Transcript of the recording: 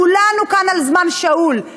כולנו כאן על זמן שאול,